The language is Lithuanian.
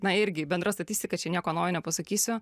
na irgi bendra statistika čia nieko naujo nepasakysiu